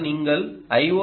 ஆனால் நீங்கள் ஐ